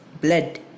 blood